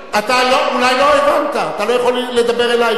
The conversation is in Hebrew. אולי לא הבנת, אתה לא יכול לדבר אלי גם.